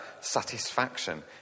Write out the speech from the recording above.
satisfaction